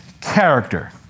character